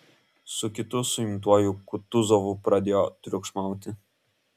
su kitu suimtuoju kutuzovu pradėjo triukšmauti